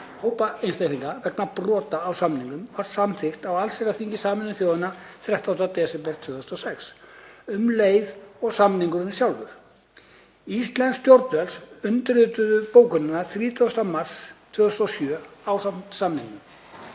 hópa einstaklinga vegna brota á samningnum var samþykkt á allsherjarþingi Sameinuðu þjóðanna 13. desember 2006, um leið og samningurinn sjálfur. Íslensk stjórnvöld undirrituðu bókunina 30. mars 2007 ásamt samningnum.